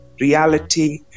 reality